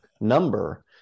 number